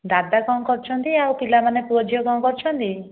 ଦାଦା କ'ଣ କରୁଛନ୍ତି ଆଉ ପିଲାମାନେ ପୁଅ ଝିଅ କ'ଣ କରୁଛନ୍ତି